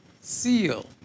seal